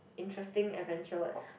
interesting adventure